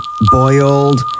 boiled